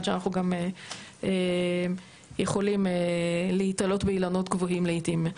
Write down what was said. שאנחנו גם יכולים להיתלות באילנות גבוהים לעיתים.